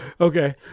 okay